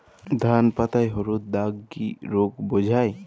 ধান পাতায় হলুদ দাগ কি রোগ বোঝায়?